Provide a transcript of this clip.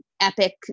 epic